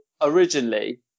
originally